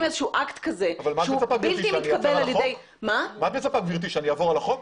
אקט כזה שהוא בלתי מתקבל --- את מצפה שאני אעבור על החוק?